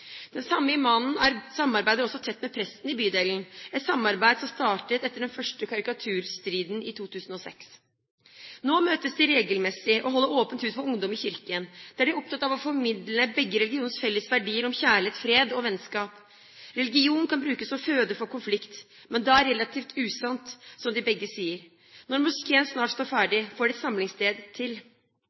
Den samme imamen samarbeider også tett med presten i bydelen, et samarbeid som startet etter den første karikaturstriden i 2006. Nå møtes de regelmessig og holder åpent hus for ungdom i kirken, der de er opptatt av å formidle begge religioners felles verdier om kjærlighet, fred og vennskap. Religion kan brukes som føde for konflikt, men da relativt usant, som de begge sier. Når moskeen snart står ferdig, får de et samlingssted til.